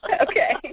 Okay